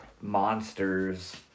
monsters